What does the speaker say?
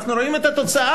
אנחנו רואים את התוצאה.